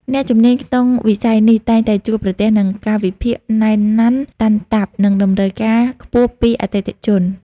អ្នកជំនាញក្នុងវិស័យនេះតែងតែជួបប្រទះនឹង កាលវិភាគណែនណាន់តាន់តាប់ និងតម្រូវការខ្ពស់ពីអតិថិជន។